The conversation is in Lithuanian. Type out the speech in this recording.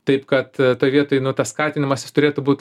taip kad toj vietoj nu to skatinamasis turėtų būt